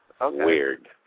weird